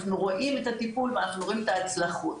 אנחנו רואים את הטיפול ואנחנו רואים את ההצלחות.